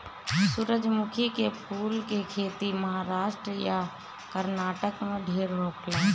सूरजमुखी के फूल के खेती महाराष्ट्र आ कर्नाटक में ढेर होखेला